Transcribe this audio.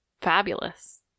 fabulous